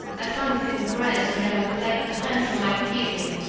i found it in the grass when i went back to hunt for my key-ring.